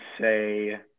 say